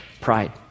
Pride